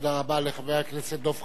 תודה רבה לחבר הכנסת דב חנין.